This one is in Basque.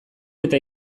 eta